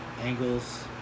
angles